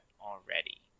already